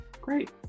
great